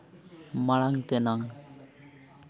ᱢᱟᱲᱟᱝ ᱛᱮᱱᱟᱜ